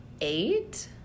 eight